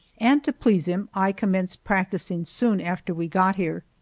and to please him i commenced practicing soon after we got here.